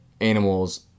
animals